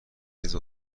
نیز